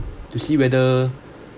to see whether